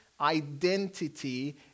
identity